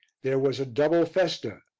there was a double festa,